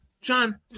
John